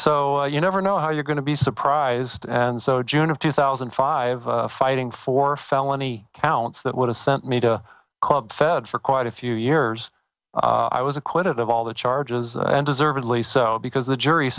so you never know how you're going to be surprised and so june of two thousand and five fighting for felony counts that would have sent me to club fed for quite a few years i was acquitted of all the charges and deservedly so because the jury